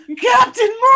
Captain